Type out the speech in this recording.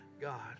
God